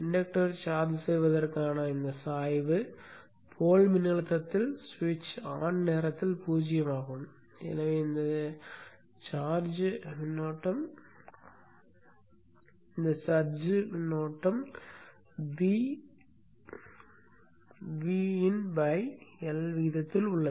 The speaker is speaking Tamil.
இன்டக்டரை சார்ஜ் செய்வதற்கான இந்த சாய்வுபோல் மின்னழுத்தத்தில் சுவிட்ச் ஆன் நேரத்தில் 0 ஆகும் எனவே இந்த சார்ஜர் மின்னோட்டம் வின் எல் விகிதத்தில் உள்ளது